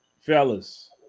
Fellas